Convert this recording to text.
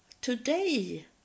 today